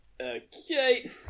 Okay